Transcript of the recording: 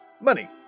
Money